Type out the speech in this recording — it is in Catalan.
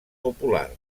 popular